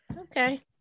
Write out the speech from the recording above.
Okay